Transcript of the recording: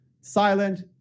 Silent